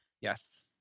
Yes